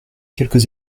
quelques